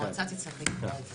המועצה תצטרך לקבוע את זה.